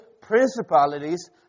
principalities